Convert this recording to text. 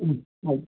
ಹ್ಞೂಂ ಹೌದು